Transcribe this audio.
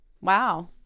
wow